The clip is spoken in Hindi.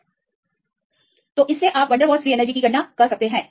तो इससे आप वनडेरवाल्स फ्रीएनर्जी के कारण होने वाली बातचीत का अनुमान लगा सकते हैं